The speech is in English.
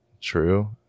true